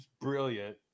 brilliant